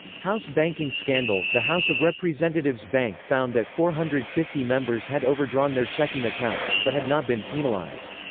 house banking scandal the house of representatives bank found that four hundred and fifty members had overdrawn their checking accounts, but had not been penalized.